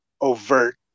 overt